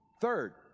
Third